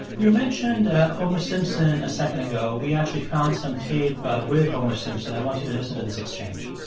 you mentioned homer simpson a second ago. we actually found some tape ah with homer simpson. i want you to listen to this exchange